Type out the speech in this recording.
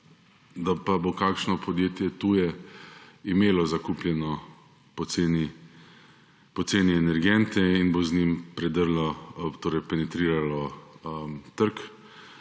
da pa bo kakšno tuje podjetje imelo zakupljene poceni energente in bo z njim penetriralo na